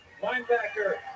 linebacker